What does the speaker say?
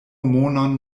monon